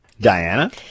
Diana